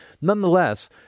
nonetheless